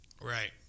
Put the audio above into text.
Right